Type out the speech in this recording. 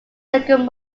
second